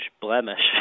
blemish